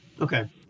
Okay